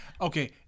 Okay